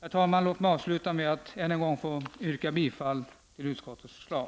Herr talman! Avslutningsvis vill jag än en gång yrka bifall till utskottets förslag.